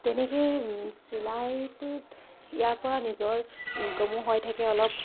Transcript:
তেনেকেই চিলাইটোত ইয়াৰ পৰা নিজৰ ইনকমো হৈ থাকে অলপ